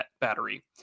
battery